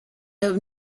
have